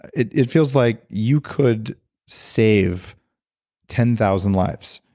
it it feels like you could save ten thousand lives.